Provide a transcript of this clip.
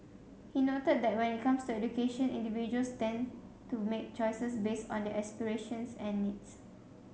he noted that when it comes to education individuals tend to make choices based on their aspirations and needs